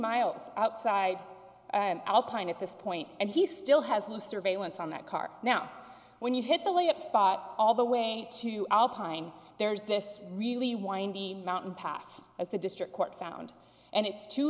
miles outside alpine at this point and he still has the surveillance on that car now when you hit the way up spot all the way to alpine there's this really windy mountain pass as the district court found and it's two